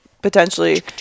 potentially